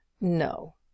No